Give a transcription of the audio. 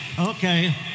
Okay